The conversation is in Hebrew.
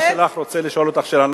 חבר הסיעה שלך רוצה לשאול אותך שאלה.